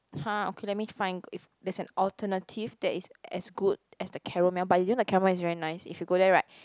!huh! okay let me find if there's a alternative that is as good as the caramel but the caramel is very nice if you go there right